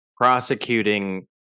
prosecuting